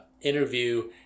interview